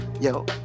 yo